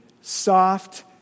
soft